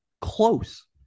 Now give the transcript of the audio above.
close